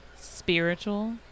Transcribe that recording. spiritual